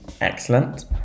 excellent